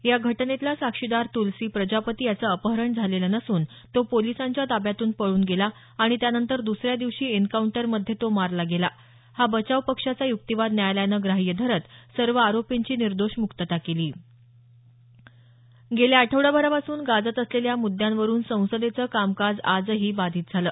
या घटनेतला साक्षीदार तुलसी प्रजापती याचं अपहरण झालेलं नसून तो पोलीसांच्या ताब्यातून पळून गेला आणि त्यानंतर द्रसऱ्या दिवशी एनकाउंटरमध्ये तो मारला गेला हा बचाव पक्षाचा युक्तिवाद न्यायालयानं ग्राह्य धरत सर्व आरोपींची निर्दोष मुक्तता केली गेल्या आठवडाभरापासून गाजत असलेल्या मुद्यांवरून संसदेचं कामकाज आजही बाधित झालं